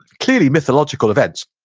clearly mythological events,